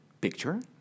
picture